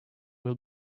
will